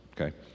Okay